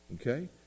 okay